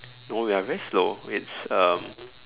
no we're very slow it's um